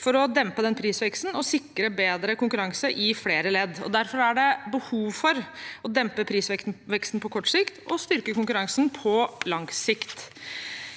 for å dempe prisveksten og sikre bedre konkurranse i flere ledd. Derfor er det behov for å dempe prisveksten på kort sikt og å styrke konkurransen på lang sikt.